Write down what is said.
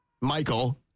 Michael